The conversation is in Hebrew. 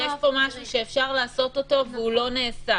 יש פה משהו שאפשר לעשות אותו והוא לא נעשה,